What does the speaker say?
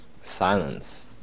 Silence